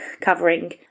covering